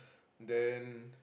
then